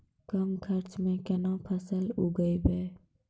कम खर्चा म केना फसल उगैबै?